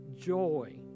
joy